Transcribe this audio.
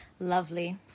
Lovely